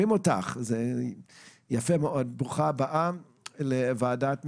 ברוכה הבאה לוועדה.